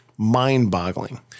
mind-boggling